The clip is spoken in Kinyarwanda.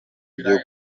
byo